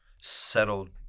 settled